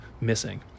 missing